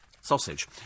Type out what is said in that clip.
sausage